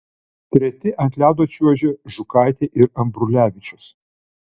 treti ant ledo čiuožė žukaitė ir ambrulevičius